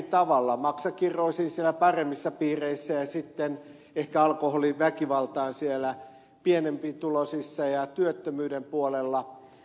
maksakirroosiin siellä paremmissa piireissä ja sitten ehkä alkoholin aiheuttamaan väkivaltaan siellä pienempituloisissa ja työttömyyden puolella